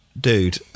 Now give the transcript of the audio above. dude